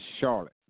Charlotte